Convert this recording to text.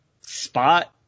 Spot